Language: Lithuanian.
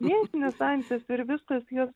vietinės antys ir viskas jos